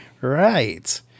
right